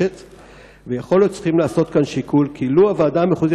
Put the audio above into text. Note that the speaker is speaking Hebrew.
קשות מאוד כנגד הכללת 110,000 מתנחלים במפה הזאת,